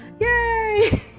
yay